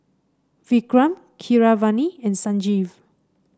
Vikram Keeravani and Sanjeev